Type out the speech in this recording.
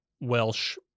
Welsh